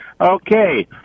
Okay